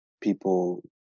people